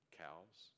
cows